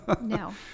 No